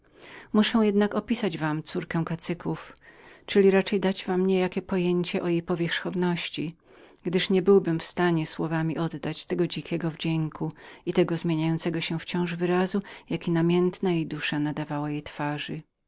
muszę jednak opisać wam córkę kacyków czyli raczej dać wam niejakie pojęcie o jej powierzchowności gdyż nie byłbym w stanie słowami oddać ten dziki wdzięk i te bystre wrażenia w jakich namiętna jej dusza co chwila przebijała się na jej twarzy